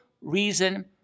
reason